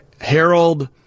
Harold